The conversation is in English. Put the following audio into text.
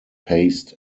paced